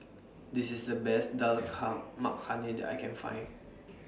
This IS The Best Dal Makhani that I Can Find